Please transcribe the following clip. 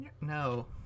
No